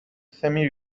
semi